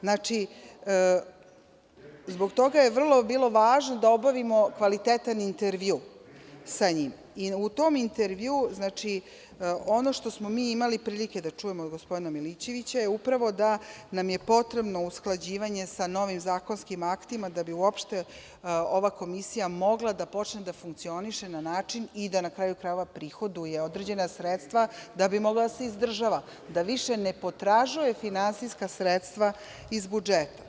Znači, zbog toga je bilo vrlo važno da obavimo kvalitetan intervju sa njim i u tom intervjuu, ono što smo mi imali prilike da čujemo od gospodina Milićevića, je upravo da nam je potrebno usklađivanje sa novim zakonskim aktima, da bi uopšte ova komisija mogla da počne da funkcioniše na način i da na kraju krajeva, prihoduje određena sredstva da bi mogla da se izdržava, da više ne potražuje finansijska sredstva iz budžeta.